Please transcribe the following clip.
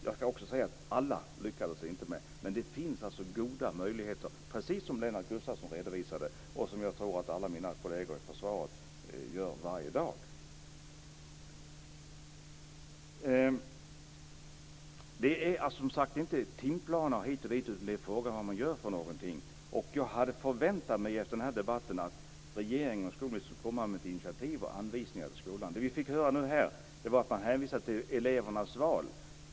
Jag kan säga att det inte lyckades med alla, men det finns alltså goda möjligheter - precis som Lennart Gustavsson redovisade och som jag tror att alla mina kolleger i försvaret ser varje dag. Det gäller som sagt inte timplaner hit och dit, utan det är fråga om vad man gör för någonting. Jag hade efter den här debatten förväntat mig att regeringen och skolministern skulle komma med initiativ och anvisningar till skolan. Det vi fick höra nu var att man hänvisar till elevens val.